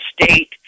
state